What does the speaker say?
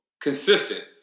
consistent